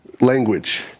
language